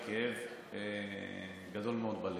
עם כאב גדול מאוד בלב.